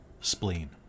spleen